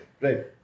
Right